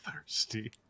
thirsty